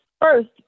first